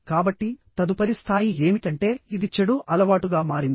కాబట్టి తదుపరి స్థాయి ఏమిటంటే ఇది చెడు అలవాటుగా మారింది